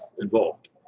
involved